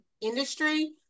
industry